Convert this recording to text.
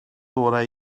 orau